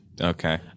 Okay